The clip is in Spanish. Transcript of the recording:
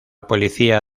policía